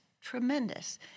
tremendous